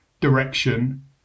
direction